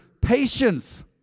patience